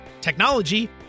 technology